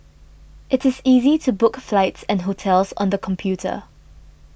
it is easy to book flights and hotels on the computer